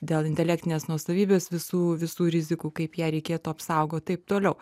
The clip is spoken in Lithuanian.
dėl intelektinės nuosavybės visų visų rizikų kaip ją reikėtų apsaugot taip toliau